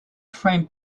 framed